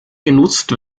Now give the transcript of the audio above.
genutzt